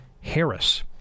Harris